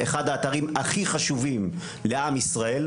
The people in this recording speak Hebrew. אחד האתרים הכי חשובים לעם ישראל,